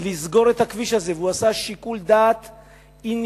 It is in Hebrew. לסגור את הכביש הזה, והוא עשה שיקול דעת ענייני.